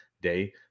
day